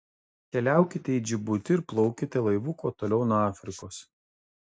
keliaukite į džibutį ir plaukite laivu kuo toliau nuo afrikos